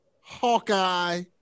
Hawkeye